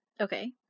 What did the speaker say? Okay